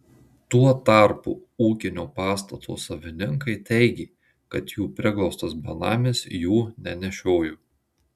tuo tarpu ūkinio pastato savininkai teigė kad jų priglaustas benamis jų nenešiojo